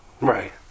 right